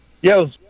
Yo